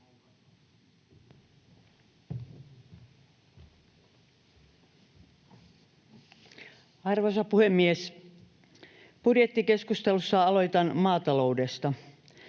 Arvoisa puhemies! Budjettikeskustelussa aloitan maataloudesta.